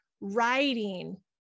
writing